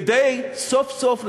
כדי סוף-סוף,